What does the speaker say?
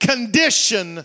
condition